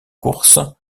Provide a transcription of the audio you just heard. course